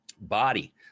Body